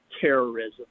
terrorism